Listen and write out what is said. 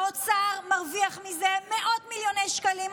האוצר מרוויח מזה מאות מיליוני שקלים,